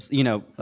you know,